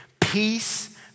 Peace